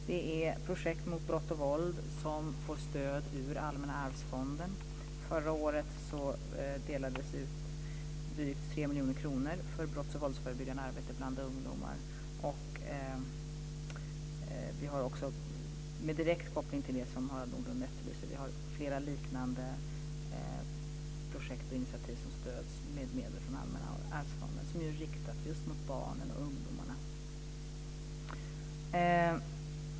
Det är projekt mot brott och våld som får stöd ur Allmänna arvsfonden. Förra året delades ut drygt 3 miljoner kronor för brotts och våldsförebyggande arbete bland barn och ungdomar. Vi har också, med direkt koppling till det som Harald Nordlund efterlyser, flera liknande projekt och initiativ som stöds med medel från Allmänna arvsfonden som är riktade till barn och ungdomar.